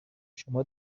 شما